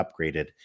upgraded